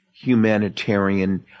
humanitarian